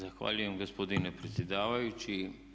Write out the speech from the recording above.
Zahvaljujem gospodine predsjedavajući.